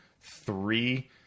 three